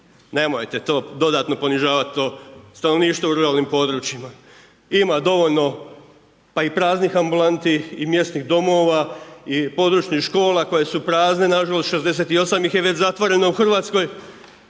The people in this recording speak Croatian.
Nemojte to dodatno ponižavati to stanovništvo u ruralnim područjima. Ima dovoljno, pa i praznih ambulanti i mjesnih domova i područnih škola koje su prazne nažalost, 68 ih je već zatvoreno u Hrvatskoj.